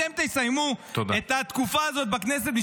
אתם תסיימו את התקופה הזאת בכנסת --- תודה.